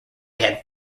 had